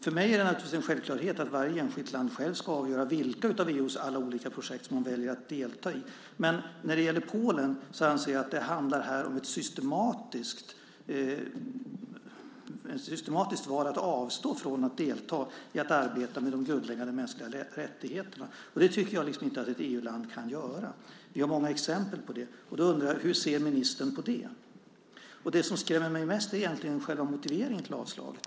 För mig är det naturligtvis en självklarhet att varje enskilt land självt ska avgöra vilka av EU:s alla olika projekt som man väljer att delta i, men när det gäller Polen anser jag att det handlar om ett systematiskt val att avstå från att delta i arbetet med de grundläggande mänskliga rättigheterna, och det tycker jag inte att ett EU-land kan göra. Vi har många exempel på det. Då undrar jag: Hur ser ministern på det? Det som skrämmer mig mest är egentligen själva motiveringen till avslaget.